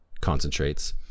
concentrates